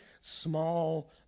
small